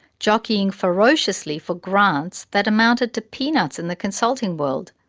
jockeying ferociously for grants that amounted to peanuts in the consulting world.